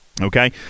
okay